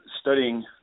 studying